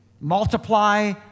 multiply